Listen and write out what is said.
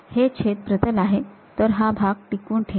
हे छेद प्रतल आहे तर हा भाग टिकवून ठेवा